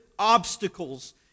obstacles